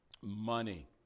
money